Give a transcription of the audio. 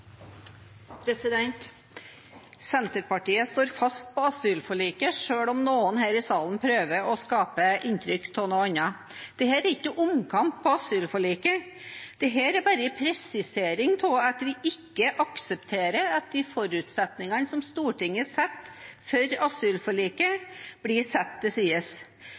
Senterpartiet står fast på asylforliket, selv om noen her i salen prøver å skape inntrykk av noe annet. Dette er ikke omkamp på asylforliket, dette er bare en presisering av at vi ikke aksepterer at de forutsetningene som Stortinget satte for asylforliket, blir satt til